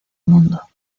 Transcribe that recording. mundo